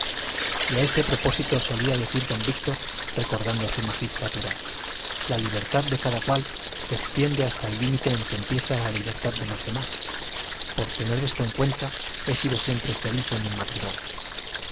a este propósito solía decir don víctor recordando su magistratura la libertad de cada cual se extiende hasta el límite en que empieza la libertad de los demás por tener esto en cuenta he sido siempre feliz en mi matrimonio